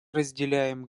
разделяем